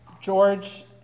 George